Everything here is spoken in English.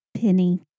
penny